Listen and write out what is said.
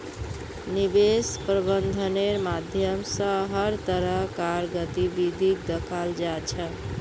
निवेश प्रबन्धनेर माध्यम स हर तरह कार गतिविधिक दखाल जा छ